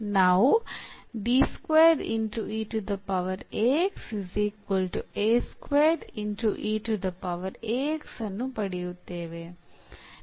ನಾವು ಅನ್ನು ಪಡೆಯುತ್ತೇವೆ